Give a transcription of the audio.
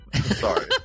Sorry